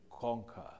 conquer